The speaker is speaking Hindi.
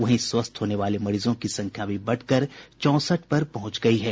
वहीं स्वस्थ होने वाले मरीजों की संख्या भी बढ़कर चौंसठ पर पहुंच गयी है